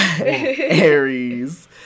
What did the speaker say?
Aries